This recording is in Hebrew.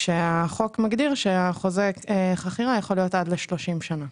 החוק מגדיר שחוזה החכירה יכול להיות עד 30 שנה.